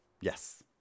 Yes